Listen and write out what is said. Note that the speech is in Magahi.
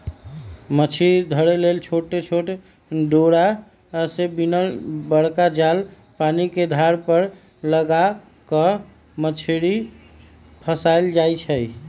मछरी धरे लेल छोट छोट डोरा से बिनल बरका जाल पानिके धार पर लगा कऽ मछरी फसायल जाइ छै